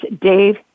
Dave